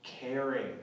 caring